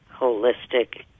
holistic